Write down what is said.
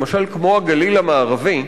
כמו הגליל המערבי למשל,